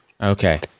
Okay